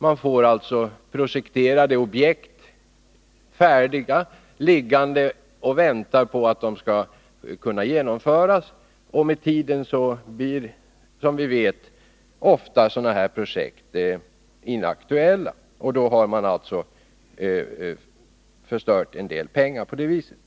Man får alltså projekterade objekt färdiga, liggande och väntande på att kunna genomföras. Med tiden blir, som vi vet, ofta sådana här projekt inaktuella, och då har man förstört en del pengar på det viset.